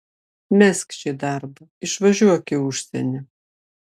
mesk šį darbą išvažiuok į užsienį